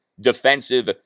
defensive